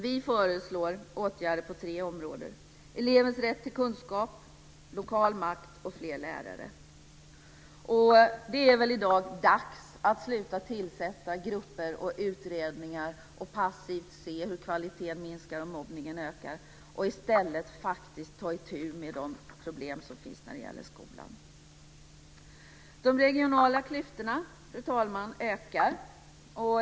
Vi föreslår åtgärder på tre områden: elevens rätt till kunskap, lokal makt och fler lärare. Det är i dag dags att sluta tillsätta grupper och utredningar och passivt se hur kvaliteten minskar och mobbningen ökar, och i stället ta itu med de problem som finns när det gäller skolan. De regionala klyftorna ökar, fru talman.